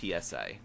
PSA